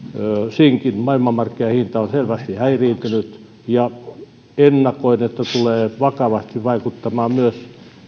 sinkin maailmanmarkkinahinta on selvästi häiriintynyt ja ennakoin että se tulee vakavasti vaikuttamaan myös